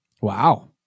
Wow